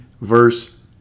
verse